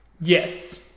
yes